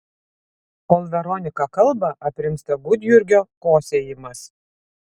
kol veronika kalba aprimsta gudjurgio kosėjimas